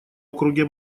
округе